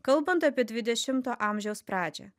kalbant apie dvidešimto amžiaus pradžią